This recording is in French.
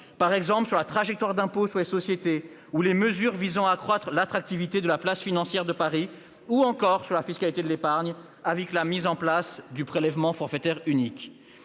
par exemple la trajectoire de l'impôt sur les sociétés ou les mesures visant à accroître l'attractivité de la place financière de Paris, ou encore la fiscalité de l'épargne, avec la mise en place du prélèvement forfaitaire unique.